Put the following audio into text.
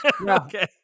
Okay